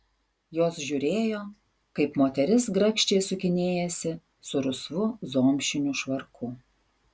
jos žiūrėjo kaip moteris grakščiai sukinėjasi su rusvu zomšiniu švarku